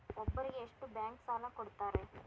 ಒಬ್ಬರಿಗೆ ಎಷ್ಟು ಬ್ಯಾಂಕ್ ಸಾಲ ಕೊಡ್ತಾರೆ?